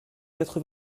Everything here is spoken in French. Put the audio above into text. quatre